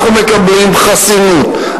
אנחנו מקבלים חסינות,